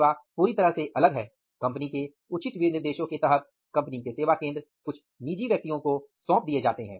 सेवा पूरी तरह से अलग है कंपनी के उचित विनिर्देशों के तहत कंपनी के सेवा केंद्र कुछ निजी व्यक्तियों को सौप दिए जाते हैं